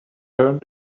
turned